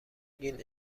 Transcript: گین